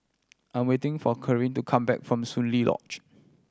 I am waiting for Karlie to come back from Soon Lee Lodge